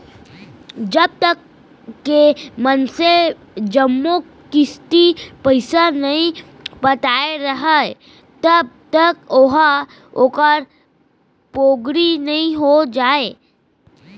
जब तक के मनसे जम्मो किस्ती पइसा नइ पटाय राहय तब तक ओहा ओखर पोगरी नइ हो जाय